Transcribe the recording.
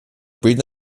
bilden